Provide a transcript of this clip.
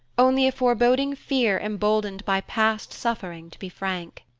only a foreboding fear emboldened by past suffering to be frank.